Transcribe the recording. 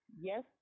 Yes